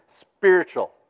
Spiritual